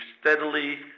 steadily